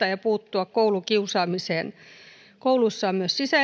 ja puuttua koulukiusaamiseen kouluissa on myös